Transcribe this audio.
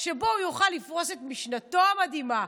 שבהן הוא יוכל לפרוס את משנתו המדהימה,